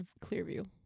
Clearview